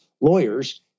lawyers